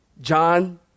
John